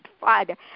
Father